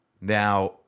Now